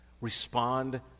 Respond